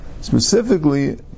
Specifically